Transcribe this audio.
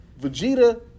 Vegeta